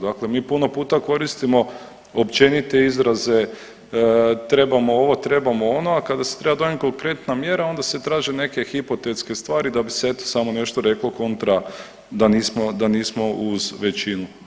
Dakle, mi puno puta koristimo općenite izraze trebamo ovo, trebamo ono, a kada se treba donijeti konkretna mjera onda se traže neke hipotetske stvari da bi se eto samo nešto reklo kontra da nismo uz većinu.